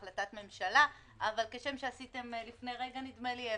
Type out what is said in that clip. בכול, אבל הבטחתם להביא לנו נתונים עדכניים, גם